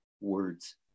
Words